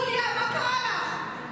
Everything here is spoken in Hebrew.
יוליה, מה קרה לך?